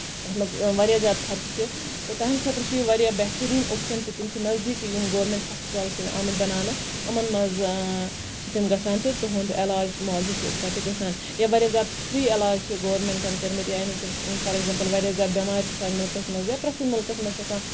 یَتھ منٛز واریاہ زیادٕ خرچہٕ چھ تہٕ تُہُندِ خٲطرٕ چھُ یہِ واریاہ بہتٔریٖن اوپشَن تہٕ تِم چھِ نَزدیٖکی گورمینٹ ہوسپِٹل چھِ آمٕتۍ بَناونہٕ یِمَن منٛز چھِ تٔمۍ گژھان تہٕ تُہُند علاج مالجہِ تہِ گژھان یَپٲری حظ فری علاج چھِ گورمینٹَن کٔرمٕتۍ یعنے کہِ فار اٮ۪گزامپٕل واریاہ زیادٕ بیٚمارِ چھِ سانہِ مُلکَس منٛز یا پرٛٮ۪تھ کُنہِ مُلکَس منٛز چھےٚ آسان